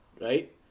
right